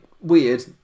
weird